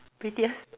prettiest